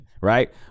right